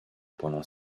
pendant